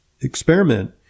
experiment